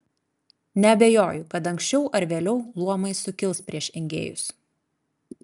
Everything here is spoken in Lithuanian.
neabejoju kad anksčiau ar vėliau luomai sukils prieš engėjus